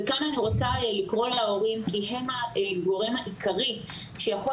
כאן אני רוצה לקרוא להורים כי הם הגורם העיקרי שיכול